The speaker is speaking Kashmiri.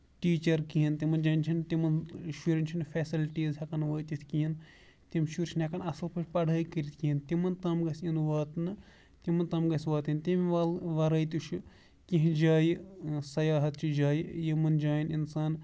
ٹیٖچر کِہینۍ تہِ تِمن جاین چھُنہٕ تِمن شُرین چھُنہٕ فیسلٹیٖز ہیٚکان وٲتِتھ کِہینۍ تِم شُرۍ چھِ نہٕ ہیٚکان اَصٕل پٲٹھۍ پَڑٲے کٔرِتھ کِہینۍ تِمن تام گژھِ ینہٕ واتنہٕ تِمن تام گژھِ واتُن تٔمۍ وَرٲے تہِ چھُ کینٛہہ جایہِ سَیاحت چہِ جایہِ یِمن جاین اِنسان